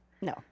No